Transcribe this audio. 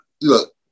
Look